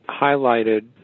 highlighted